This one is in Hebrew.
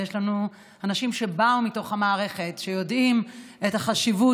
ויש לנו אנשים שבאו מתוך המערכת ויודעים את החשיבות,